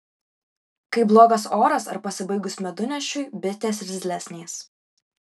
kai blogas oras ar pasibaigus medunešiui bitės irzlesnės